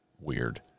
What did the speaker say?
weird